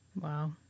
Wow